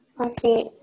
Okay